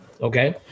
Okay